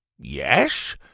Yes